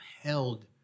held